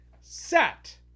set